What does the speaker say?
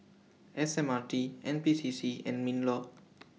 S M R T N P C C and MINLAW